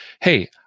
hey